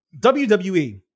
WWE